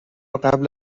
قبل